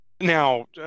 now